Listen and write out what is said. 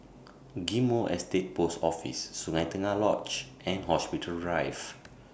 Ghim Moh Estate Post Office Sungei Tengah Lodge and Hospital Drive